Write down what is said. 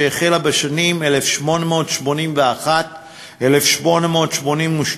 שהחלה בשנים 1881 1882,